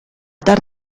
dar